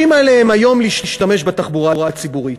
עליהן היום להשתמש בתחבורה הציבורית.